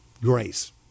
Grace